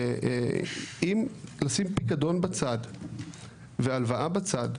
אם לשים פיקדון בצד והלוואה בצד,